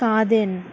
తాదెన్